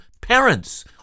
parents